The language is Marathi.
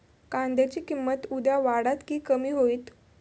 कांद्याची किंमत उद्या वाढात की कमी होईत?